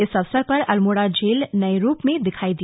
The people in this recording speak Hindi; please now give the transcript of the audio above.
इस अवसर पर अल्मोड़ा जेल नये रूप में दिखाई दिया